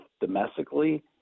domestically